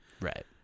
right